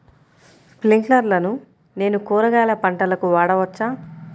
స్ప్రింక్లర్లను నేను కూరగాయల పంటలకు వాడవచ్చా?